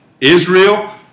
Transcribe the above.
Israel